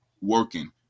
working